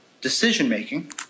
decision-making